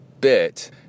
bit